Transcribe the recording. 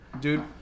dude